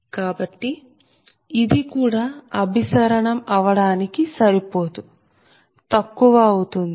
కాబట్టి ఇది కూడా అభిసరణం అవడానికి సరి పోదు తక్కువ అవుతుంది